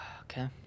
Okay